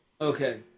Okay